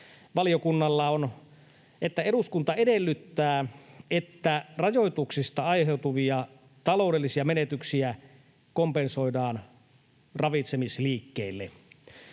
valiokunnalla on: ”Eduskunta edellyttää, että rajoituksista aiheutuvia taloudellisia menetyksiä kompensoidaan ravitsemisliikkeille.”